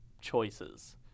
choices